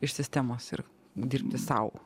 iš sistemos ir dirbti sau